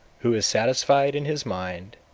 who is satisfied in his mind,